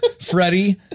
Freddie